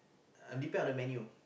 uh depend on the menu